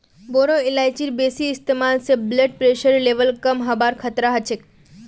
बोरो इलायचीर बेसी इस्तमाल स ब्लड प्रेशरेर लेवल कम हबार खतरा ह छेक